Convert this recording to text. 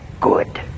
good